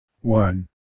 one